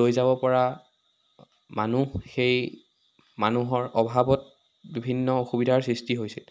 লৈ যাব পৰা মানুহ সেই মানুহৰ অভাৱত বিভিন্ন অসুবিধাৰ সৃষ্টি হৈছিল